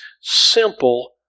simple